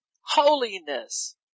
holiness